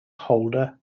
holder